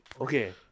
Okay